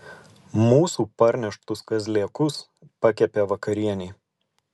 mūsų parneštus kazlėkus pakepė vakarienei